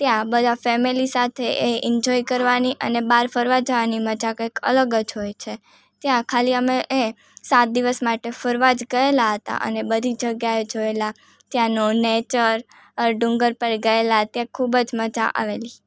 ત્યાં બધા ફેમેલી સાથે એ ઇંજોય કરવાની અને બહાર ફરવા જવાની મજા કંઈક અલગ જ હોય છે ત્યાં ખાલી અમે એ સાત દિવસ માટે ફરવા જ ગયેલાં હતાં અને બધી જગ્યાએ જોએલા ત્યાંનો નેચર ડુંગર પર ગયેલા તે ખૂબ જ મજા આવેલી